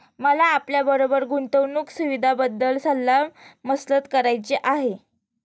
मला आपल्याबरोबर गुंतवणुक सुविधांबद्दल सल्ला मसलत करायची आहे